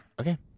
Okay